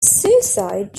suicides